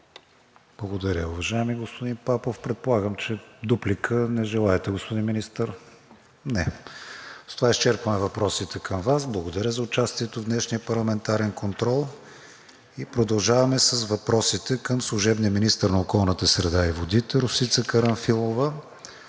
Благодаря, уважаеми господин Папов. Предполагам, че дуплика не желаете, господин Министър. Не. С това изчерпваме въпросите към Вас. Благодаря за участието в днешния парламентарен контрол. Продължаваме с въпросите към служебния министър на околната среда и водите Росица Карамфилова.